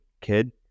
kid